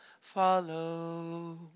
follow